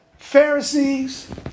Pharisees